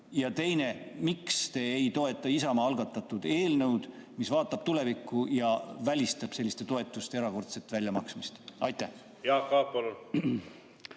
Ja teine, miks te ei toeta Isamaa algatatud eelnõu, mis vaatab tulevikku ja välistab selliste toetuste erakordset väljamaksmist? Jaak Aab,